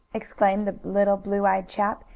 exclaimed the little blue-eyed chap,